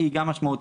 הם גם משמעותית,